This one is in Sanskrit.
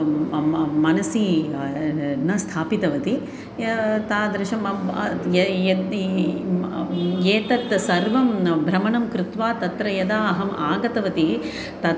मम मनसि न स्थापितवती य तादृशं यत् य एतत् सर्वं भ्रमणं कृत्वा तत्र यदा अहम् आगतवती तत्